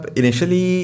initially